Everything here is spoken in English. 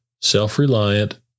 self-reliant